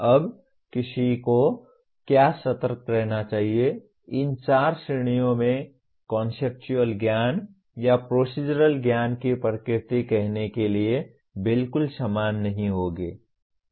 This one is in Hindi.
अब किसी को क्या सतर्क रहना चाहिए इन चार श्रेणियों में कॉन्सेप्चुअल ज्ञान या प्रोसीज़रल ज्ञान की प्रकृति कहने के लिए बिल्कुल समान नहीं होगी